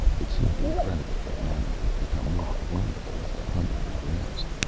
it seemed incredible that an animal would become more formidable as the hunt progressed.